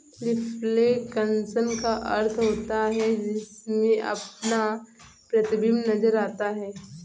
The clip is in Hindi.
रिफ्लेक्शन का अर्थ होता है जिसमें अपना प्रतिबिंब नजर आता है